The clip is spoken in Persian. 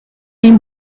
این